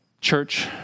Church